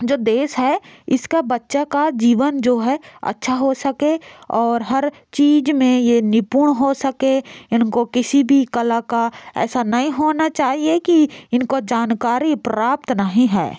जो देश है इसका बच्चा का जीवन जो है अच्छा हो सके और हर चीज में ये निपुण हो सके इनको किसी भी कला का ऐसा नहीं होना चाहिए कि इनको जानकारी प्राप्त नहीं है